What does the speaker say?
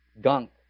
gunk